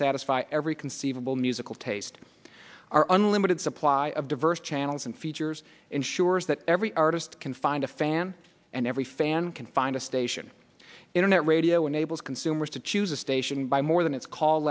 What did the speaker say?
satisfy every conceivable musical taste are unlimited supply of diverse channels and features ensures that every artist can find a fan and every fan can find a station internet radio enables consumers to choose a station by more than its call